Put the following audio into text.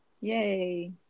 yay